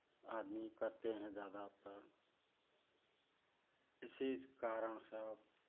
आदमी करते हैं जादातार इसी कारण सब